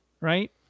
right